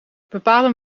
bepalen